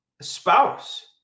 spouse